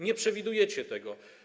Nie przewidujecie tego.